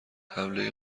حمله